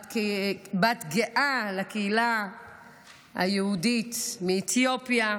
בת גאה לקהילה היהודית מאתיופיה,